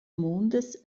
mondes